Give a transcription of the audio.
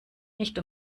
nicht